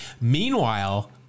Meanwhile